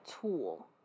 tool